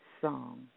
song